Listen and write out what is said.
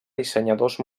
dissenyadors